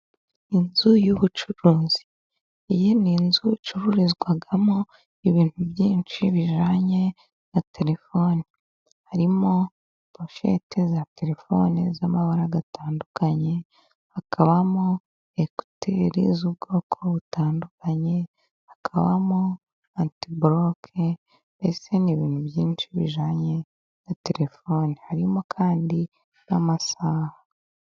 Inzu y'ubucuruzi. Iyi ni inzu icururizwamo ibintu byinshi bijyanye na telefoni. Harimo poshete za telefoni, z'amabara atandukanye, hakabamo ekuteri z'ubwoko butandukanye, hakabamo antiboloke, mbese ni ibintu byinshi bijyanye na telefoni. Harimo kandi n'amasaha.